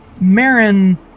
Marin